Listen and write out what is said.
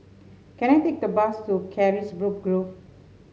can I take the bus to Carisbrooke Grove